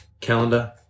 calendar